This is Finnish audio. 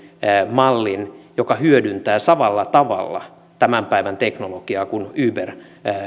mallin joka hyödyntää samalla tavalla tämän päivän teknologiaa kuin uber